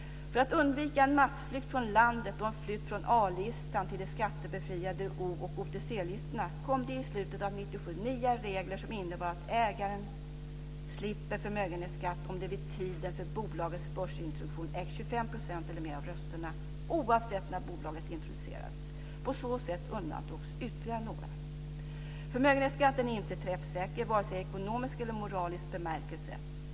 För att undvika en massflykt från landet och flykt från A-listan till de skattebefriade O och OTC listorna kom det i slutet av 1997 nya regler som innebar att ägare slipper förmögenhetsskatt om de vid tiden för bolagets börsintroduktion ägt 25 % eller mer av rösterna, oavsett när bolaget introducerades. På så sätt undantogs ytterligare några. Förmögenhetsskatten är inte träffsäker i vare sig ekonomisk eller moralisk bemärkelse.